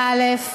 באל"ף.